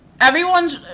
everyone's